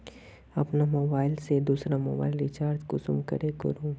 अपना मोबाईल से दुसरा मोबाईल रिचार्ज कुंसम करे करूम?